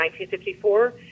1954